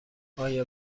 آیا